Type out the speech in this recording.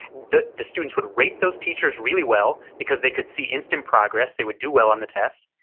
the the students would rate those teachers really well, because they could see instant progress, they would do well on the test,